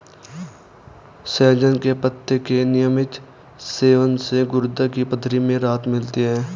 सहजन के पत्ते के नियमित सेवन से गुर्दे की पथरी में राहत मिलती है